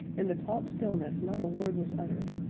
in the taut stillness, not a word was uttered,